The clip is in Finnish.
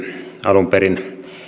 alun perin